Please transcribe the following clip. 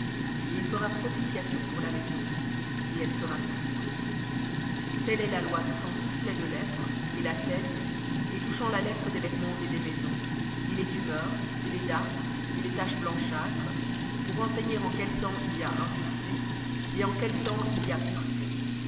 et il fera propitiation pour la maison et elle sera pure v telle est la loi touchant toute plaie de lèpre et la teigne et touchant la lèpre des vêtements et des maisons et les tumeurs et les dartres et les taches blanchâtres pour enseigner en quel temps il y a impureté et en quel temps il y a pureté